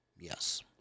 Yes